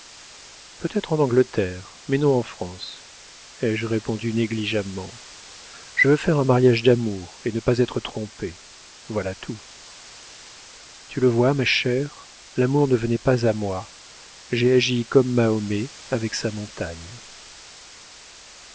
peut-être en angleterre mais non en france ai-je répondu négligemment je veux faire un mariage d'amour et ne pas être trompée voilà tout tu le vois ma chère l'amour ne venait pas à moi j'ai agi comme mahomet avec sa montagne